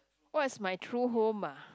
what is my true home ah